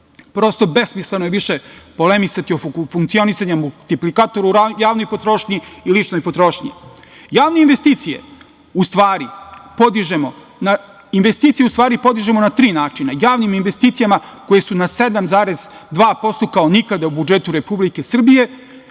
Prosto, besmisleno je više polemisati oko funkcionisanja multiplikatora u javnoj potrošnji i ličnoj potrošnji. Javne investicije u stvari podižemo na tri načina, javnim investicijama koje su na 7,2% kao nikada u budžetu Republike Srbije,